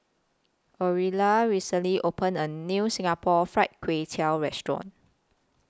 Orilla recently opened A New Singapore Fried Kway Tiao Restaurant